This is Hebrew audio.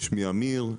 שמי אמיר.